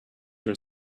your